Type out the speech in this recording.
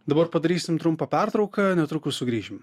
dabar padarysim trumpą pertrauką netrukus sugrįšim